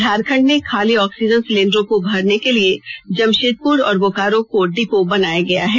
झारखंड में खाली ऑक्सीजन सिलेंडरों को भरने के लिए जमशेदपुर और बोकारो को डिपो बनाया गया है